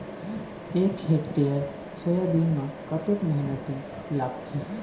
एक hectare soybean म कतक मेहनती लागथे?